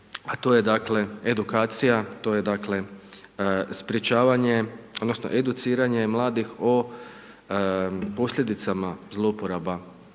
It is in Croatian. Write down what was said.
a to je dakle edukacija, to je dakle sprječavanje, odnosno educiranje mladih o posljedicama zlouporaba